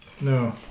No